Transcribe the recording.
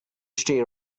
stay